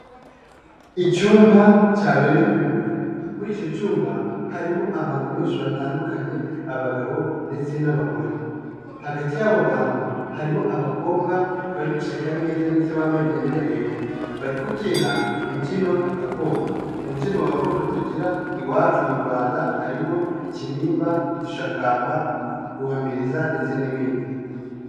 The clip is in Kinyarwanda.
Icyumba cyabereyemo ibirori, muri icyo cyumba harimo abantu benshi batandukanye abagabo ndetse n'abagore, hagati y'abo bantu harimo abakobwa bari guseka neza ndetse bambaye imyenda yera bari kubyina imbyino gakondo, mu mbyino gakondo tugira iwacu mu Rwanda harimo ikinimba, igishakamba, guhamiriza ndetse n'ibindi.